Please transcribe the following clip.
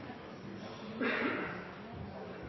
statsråd